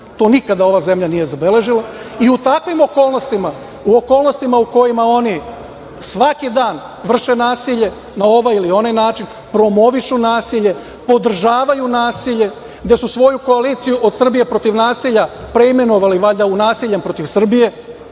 to nikada ova zemlja nije zabeležila. I u takvim okolnostima, u okolnostima u kojima oni svaki dan vrše nasilje na ovaj ili onaj način, promovišu nasilje, podržavaju nasilje, da su svoju koaliciju od „Srbija protiv nasilja“ preimenovali valjda u „nasilje protiv Srbije“,